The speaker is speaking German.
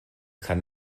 kann